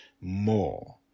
more